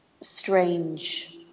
strange